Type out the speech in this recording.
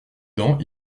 dents